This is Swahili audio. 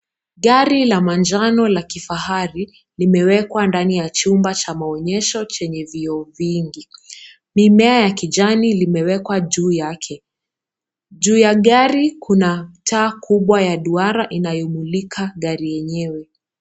Gari la manchano la kifahari limewekwa ndani ya chumba cha maonyesho chenye vioo vingi mimea ya kijani limewekwa juu yake, juu ya gari kuna taa kubwa ya duara unayomulika gari yenyewe.